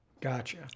Gotcha